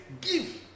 Give